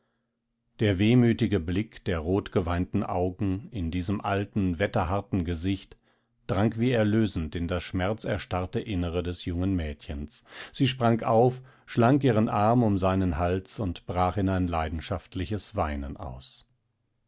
der wehmütige blick der rotgeweinten augen in diesem alten wetterharten gesicht drang wie erlösend in das schmerzerstarrte innere des jungen mädchens sie sprang auf schlang ihren arm um seinen hals und brach in ein leidenschaftliches weinen aus